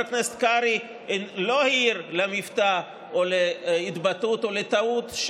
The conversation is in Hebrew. חבר הכנסת קרעי לא העיר על מבטא או התבטאות או טעות,